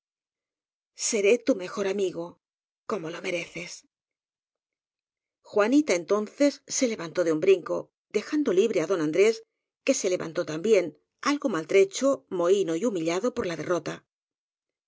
ré tu mejor amigo como lo mereces juanita entonces se levantó de un brinco dejan do libre á don andrés que se levantó también algo maltrecho mohíno y humillado por la denota